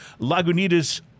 Lagunitas